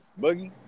Boogie